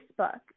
Facebook